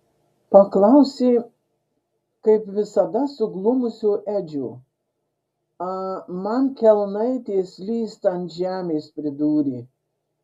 paklausė kaip visada suglumusio edžio a man kelnaitės slysta ant žemės pridūrė